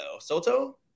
soto